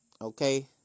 Okay